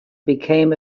became